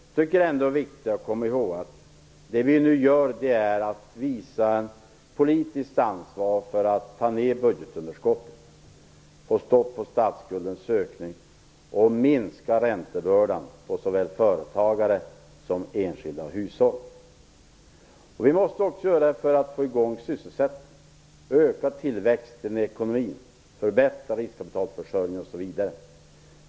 Jag tycker ändå det är viktigt att komma ihåg att det vi nu gör är att visa politiskt ansvar för att ta ner budgetunderskottet, få stopp på statsskuldens ökning och minska räntebördan på såväl företagare som enskilda hushåll. Vi måste göra detta också för att få i gång sysselsättningen, få ökad tillväxt i ekonomin, förbättra riskkapitalförsörjningen osv.